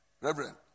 Reverend